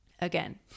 Again